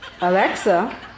Alexa